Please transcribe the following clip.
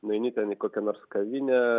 nueini ten į kokią nors kavinę